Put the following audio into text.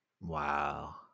Wow